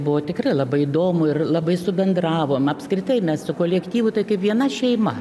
buvo tikrai labai įdomu ir labai subendravom apskritai mes su kolektyvu tai kaip viena šeima